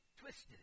twisted